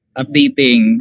updating